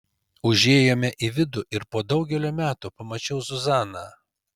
užėjome į vidų ir po daugelio metų pamačiau zuzaną